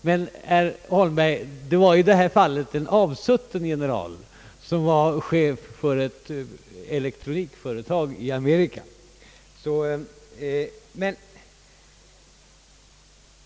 Men, herr Holmberg, det var ju i det här fallet fråga om en avsutten general, som var chef för ett elektronikföretag i Amerika!